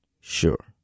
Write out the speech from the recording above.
sure